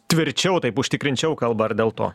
tvirčiau taip užtikrinčiau kalba ar dėl to